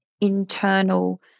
internal